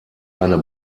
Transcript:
eine